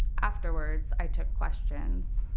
afterwards, i took questions.